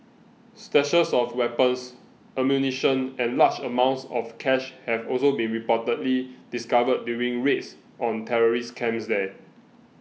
stashes of weapons ammunition and large amounts of cash have also been reportedly discovered during raids on terrorist camps there